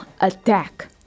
attack